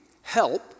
help